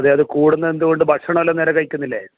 അതെ അത് കൂടുന്നത് എന്തുകൊണ്ട് ഭക്ഷണം എല്ലാം നേരെ കഴിക്കുന്നില്ലേ